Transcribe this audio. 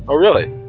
ah really?